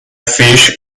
fish